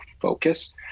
focus